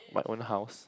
my own house